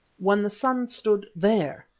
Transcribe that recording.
when the sun stood there,